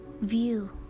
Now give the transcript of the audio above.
view